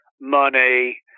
money